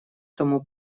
тому